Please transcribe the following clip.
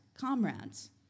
comrades